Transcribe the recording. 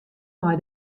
mei